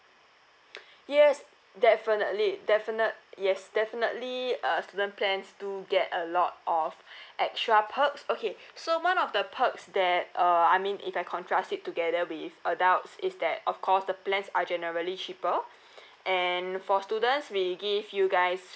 yes definitely definite yes definitely a student plans do get a lot of extra perks okay so one of the perks that uh I mean if I contrast it together with adults is that of course the plans are generally cheaper and for students we give you guys